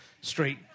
street